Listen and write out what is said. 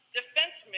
defense